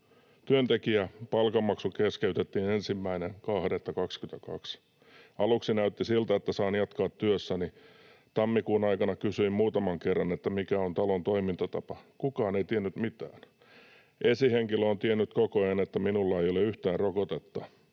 työntekijä, palkanmaksu keskeytettiin 1.2.22. Aluksi näytti siltä, että saan jatkaa työssäni. Tammikuun aikana kysyin muutaman kerran, että mikä on talon toimintatapa. Kukaan ei tiennyt mitään. Esihenkilö on tiennyt koko ajan, että minulla ei ole yhtään rokotetta.